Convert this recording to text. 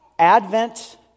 Advent